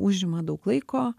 užima daug laiko